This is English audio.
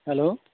hello